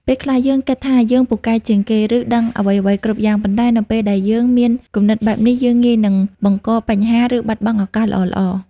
ពេលខ្លះ យើងគិតថាយើងពូកែជាងគេ ឬដឹងអ្វីៗគ្រប់យ៉ាង ប៉ុន្តែនៅពេលដែលយើងមានគំនិតបែបនេះ យើងងាយនឹងបង្កបញ្ហា ឬបាត់បង់ឱកាសល្អៗ។